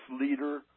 leader